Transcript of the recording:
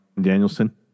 Danielson